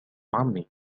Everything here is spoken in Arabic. عمي